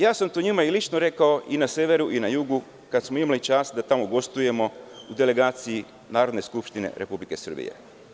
Ja sam to njima i lično rekao, i na severu i na jugu, kad smo imali čast da tamo gostujemo u delegaciji Narodne skupštine Republike Srbije.